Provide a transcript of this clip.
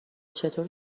چطور